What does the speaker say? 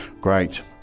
Great